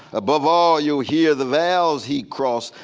above all you'll hear the valleys he crossed,